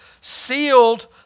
sealed